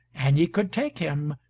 an ye could take him,